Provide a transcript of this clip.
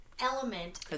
element